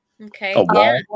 Okay